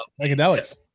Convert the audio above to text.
psychedelics